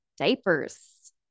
diapers